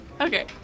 okay